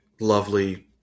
lovely